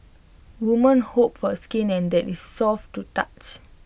women hope for skin that is soft to touch